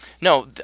no